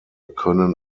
können